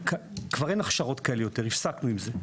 כבר אין הכשרות כאלה יותר, הפסקנו עם זה.